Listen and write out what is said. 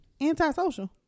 antisocial